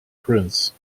prince